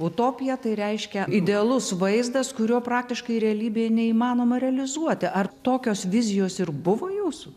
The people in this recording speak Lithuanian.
utopija tai reiškia idealus vaizdas kurio praktiškai realybėje neįmanoma realizuoti ar tokios vizijos ir buvo jūsų